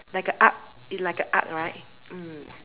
like a arc it like a arc right mm